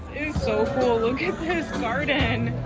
ooh sofa will give his garden